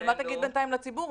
אבל מה תגיד בינתיים לציבור?